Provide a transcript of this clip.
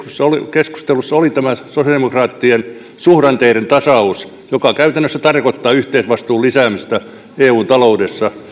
keskustelussa oli tämä sosiaalidemokraattien suhdanteiden tasaus joka käytännössä tarkoittaa yhteisvastuun lisäämistä eun taloudessa